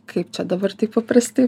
kaip čia dabar taip paprastai